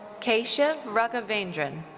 keshav raghavendran.